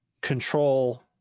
control